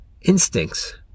instincts